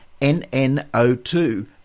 NNO2